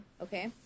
Okay